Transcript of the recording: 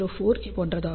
004 போன்றதாகும்